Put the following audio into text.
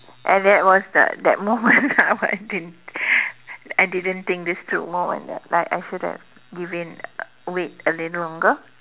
and that was the that moment of I didn't I didn't think this through moment ya like I should have give in wait a little longer